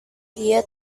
dia